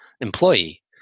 employee